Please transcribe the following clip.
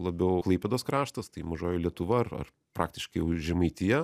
labiau klaipėdos kraštas tai mažoji lietuva ar ar praktiškai jau žemaitija